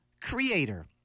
Creator